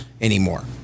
anymore